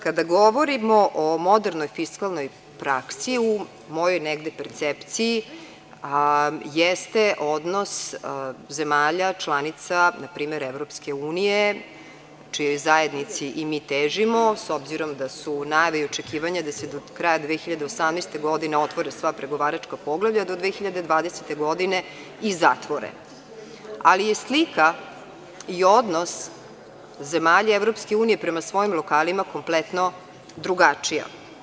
Kada govorimo o modernoj fiskalnoj praksi, u mojoj negde percepciji, a jeste odnos zemalja članica npr. EU, čijoj zajednici i mi težimo, s obzirom da su najave i očekivanja da se do kraja 2018. godine otvore sva pregovaračka poglavlja, do 2020. godine i zatvore, ali je slika i odnos zemalja EU prema svojim lokalima kompletno drugačija.